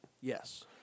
Yes